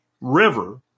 river